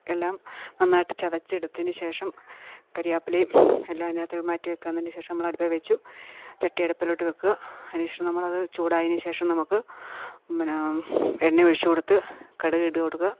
എല്ലാം നന്നായിട്ട് ചതച്ചെടുത്തതിന് ശേഷം കരിയാപ്പിലേം എല്ലാം അതിനകത്ത് മാറ്റിവെക്കാൻ എന്നതിന്റെ ശേഷം നമ്മളടുപ്പേൽ വെച്ചു ചട്ടി അടുപ്പിലോട്ട് വെക്കാൻ അതിന് ശേഷം നമ്മൾ അത് ചൂടായതിന് ശേഷം നമുക്ക് മെന്നാ എണ്ണ ഒഴിച്ച് കൊടുത്ത് കടുക്കിട്ട് കൊടുക്കുക